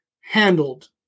handled